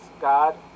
God